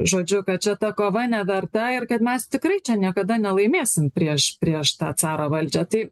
žodžiu kad čia ta kova neverta ir kad mes tikrai čia niekada nelaimėsim prieš prieš tą caro valdžią tai